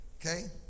Okay